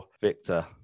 victor